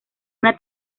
una